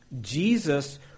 Jesus